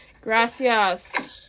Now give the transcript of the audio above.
Gracias